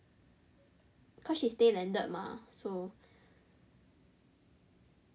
cause she stay landed mah